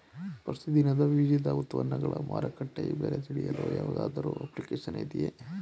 ಪ್ರತಿ ದಿನದ ವಿವಿಧ ಉತ್ಪನ್ನಗಳ ಮಾರುಕಟ್ಟೆ ಬೆಲೆ ತಿಳಿಯಲು ಯಾವುದಾದರು ಅಪ್ಲಿಕೇಶನ್ ಇದೆಯೇ?